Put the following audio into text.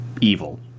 evil